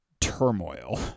turmoil